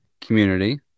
community